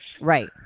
right